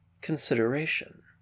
consideration